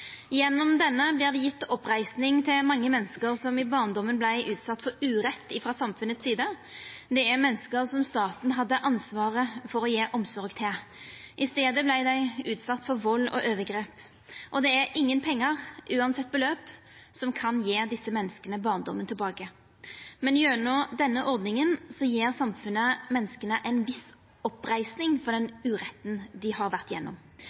Gjennom denne blir det gjeve oppreising til mange menneske som i barndomen vart utsett for urett frå samfunnet si side, menneske som staten hadde ansvaret for å gje omsorg til. I staden vart dei utsette for vald og overgrep. Ingen pengar – uansett beløp – kan gje desse menneska barndomen tilbake, men gjennom denne ordninga gjev samfunnet menneska ein viss oppreising for den uretten dei har vore